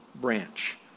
branch